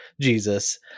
Jesus